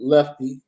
Lefty